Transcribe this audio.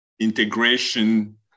integration